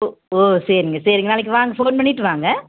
ஒ ஓ சரிங்க சரிங்க நாளைக்கு வாங்க ஃபோன் பண்ணிவிட்டு வாங்க